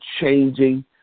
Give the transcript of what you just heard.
changing